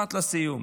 משפט לסיום.